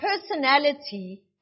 personality